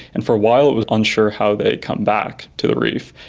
and for a while it was unsure how they come back to the reef,